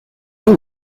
non